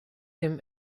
dem